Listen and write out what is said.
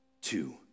two